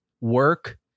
work